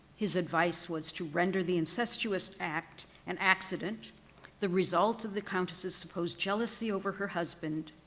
his advice was to render the incestuous act an accident the result of the countess's supposed jealousy over her husband,